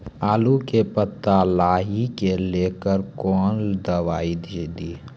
आलू के पत्ता लाही के लेकर कौन दवाई दी?